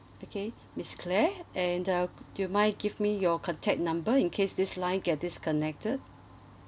okay miss claire and uh do you mind give me your contact number in case this line get disconnected